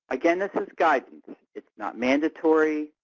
again, this is guidance. it's not mandatory,